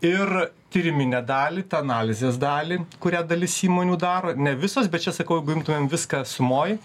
ir tyriminę dalį tą analizės dalį kurią dalis įmonių daro ne visos bet čia sakau jeigu imtumėm viską sumoj